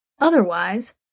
Otherwise